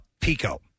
Pico